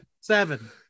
Seven